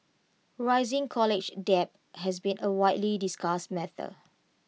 rising college debt has been A widely discussed matter